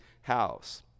house